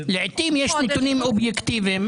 לעיתים יש נתונים אובייקטיביים.